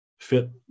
fit